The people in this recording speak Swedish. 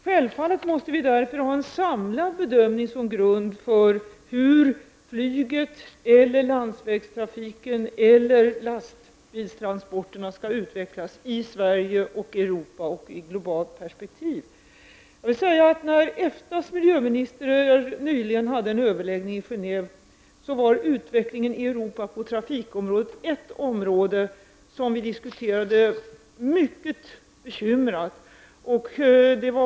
Självfallet måste vi ha en samlad bedömning som grund för hur fly get, landsvägstrafiken och lastbilstransporterna skall utvecklas i Sverige och Europa, liksom i det globala perspektivet. När EFTASs miljöministrar nyligen hade en överläggning i Geneve var utvecklingen i Europa på trafikområdet ett område som diskuterades mycket bekymrat.